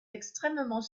extrêmement